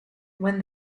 when